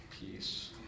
peace